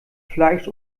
fleisch